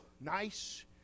nice